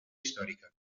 històrica